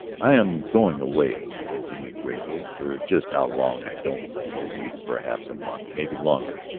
i am going away, he continued gravely. for just how long i don't know. a week, perhaps a month, maybe longer.